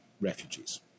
refugees